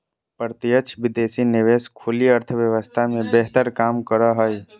प्रत्यक्ष विदेशी निवेश खुली अर्थव्यवस्था मे बेहतर काम करो हय